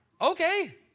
Okay